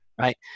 right